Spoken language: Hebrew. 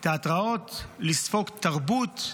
לתיאטראות, לספוג תרבות,